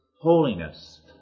holiness